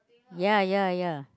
ya ya ya